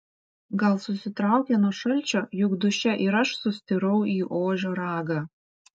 gal susitraukė nuo šalčio juk duše ir aš sustirau į ožio ragą